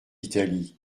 italie